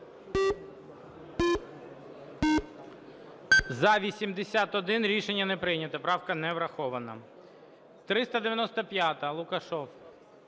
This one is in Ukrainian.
За-81 Рішення не прийнято. Правка не врахована. 395-а, Лукашев.